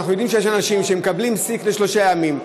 אנחנו יודעים שיש אנשים שמקבלים sick לשלושה ימים,